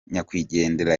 nyakwigendera